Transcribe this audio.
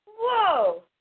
Whoa